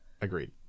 agreed